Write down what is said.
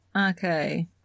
okay